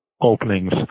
openings